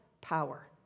power